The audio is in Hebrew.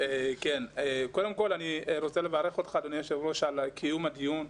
אני רוצה לברך אותך אדוני היושב-ראש על קיום הדיון.